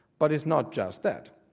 but it's not just that,